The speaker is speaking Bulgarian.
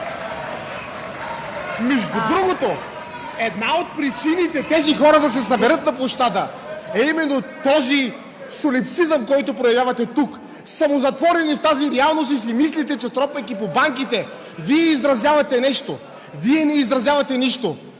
Между другото, една от причините тези хора да се съберат на площада е именно този солипсизъм, който проявявате тук – самозатворени в тази реалност, и си мислите, че тропайки по банките, Вие изразявате нещо. Вие не изразявате нищо!